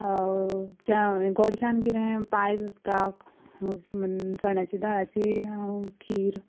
गोडश्यान कितें पायस आसता चण्याची दाळाची खीर